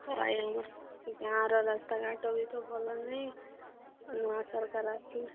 ନାଇମ ଗାଁର ରାସ୍ତାଘାଟ ବି ତ ଭଲ ନାହିଁ ନୂଆ ସରକାର ଆସିଲେ